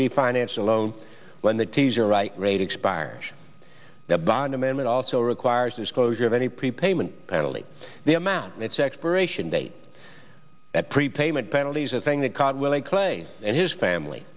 refinance alone when the teaser right rate expires the bond amendment also requires disclosure of any prepayment penalty the amount and its expiration date that prepayment penalties are saying that caught with a clay and his family